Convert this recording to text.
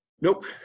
Nope